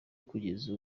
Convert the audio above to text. kugeza